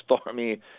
stormy